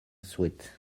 sweet